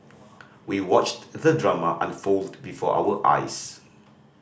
we watched the drama unfold before our eyes